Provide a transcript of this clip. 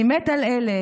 // אני מת על אלה,